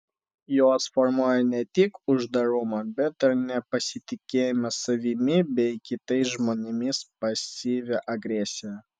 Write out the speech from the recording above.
jos formuoja ne tik uždarumą bet ir nepasitikėjimą savimi bei kitais žmonėmis pasyvią agresiją